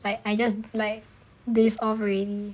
like I just like daze off already